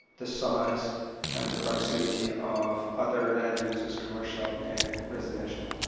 the size and the proximity of other land uses, commercial, and residential.